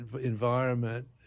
environment